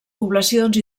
poblacions